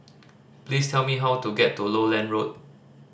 please tell me how to get to Lowland Road